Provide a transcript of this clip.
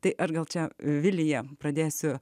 tai aš gal čia vilija pradėsiu